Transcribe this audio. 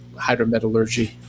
hydrometallurgy